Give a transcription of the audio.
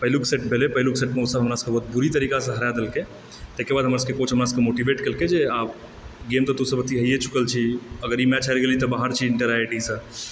पहिलुक सेट भेलए पहिलुक सेटमे ओ सब हमरा सबकेँ बहुत बुरी तरीक़ा से हरा देलकए ताहि के बाद हमर सबके कोच हमरा सबके मोटिवेट केलकए जे आब गेम तऽ तू सब हारिए चूकल छी अगर ई मैच हारि गेली तऽ बाहर छी इंटर आइ आइ टीसंँ